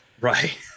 Right